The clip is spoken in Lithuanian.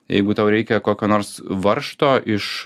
jeigu tau reikia kokio nors varžto iš